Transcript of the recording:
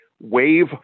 wave